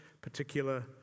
particular